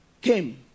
came